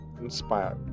inspired